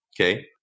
Okay